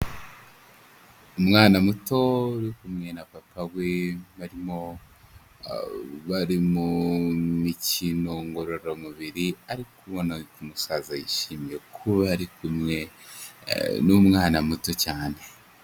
Umwana muto uri kumwe na papa we, barimo bari mu mikino ngororamubiri, ariko kubona yuko umusaza yishimiye kuba ari kumwe n'umwana muto cyane.